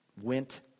went